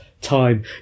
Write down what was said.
time